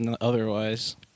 otherwise